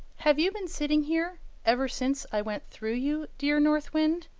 have you been sitting here ever since i went through you, dear north wind?